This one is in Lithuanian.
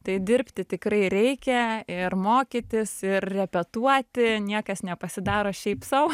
tai dirbti tikrai reikia ir mokytis ir repetuoti niekas nepasidaro šiaip sau